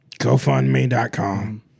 GoFundMe.com